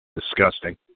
Disgusting